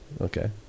Okay